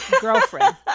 girlfriend